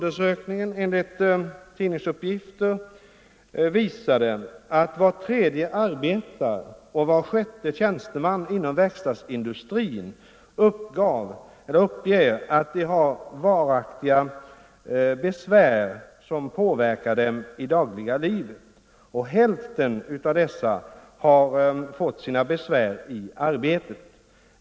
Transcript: Enligt tidningsuppgifter har vid denna undersökning var tredje arbetare och var sjätte tjänsteman inom verkstadsindustrin uppgivit att de har varaktiga besvär som påverkar dem i det dagliga livet. Hälften av dessa har fått sina besvär i arbetet.